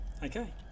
okay